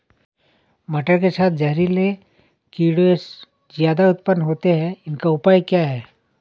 मटर के साथ जहरीले कीड़े ज्यादा उत्पन्न होते हैं इनका उपाय क्या है?